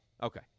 Okay